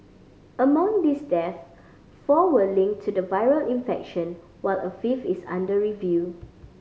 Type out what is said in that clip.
among these deaths four were link to the viral infection while a fifth is under review